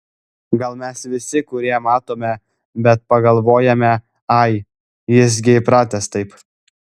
gal mes visi kurie matome bet pagalvojame ai jis gi įpratęs taip